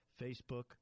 Facebook